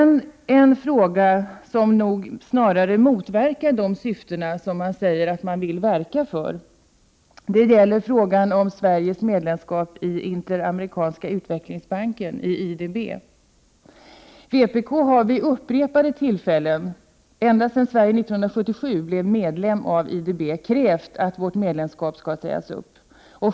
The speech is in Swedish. Något som nog snarast motverkar de syften som man sägs vilja verka för gäller Sveriges medlemskap i Interamerikanska utvecklingsbanken, IDB. Vpk har vid upprepade tillfällen, ända sedan Sverige 1977 blev medlem i IDB, krävt att medlemskapet sägs upp.